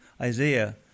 Isaiah